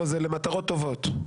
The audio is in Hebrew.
לא, זה למטרות טובות.